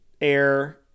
air